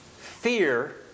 fear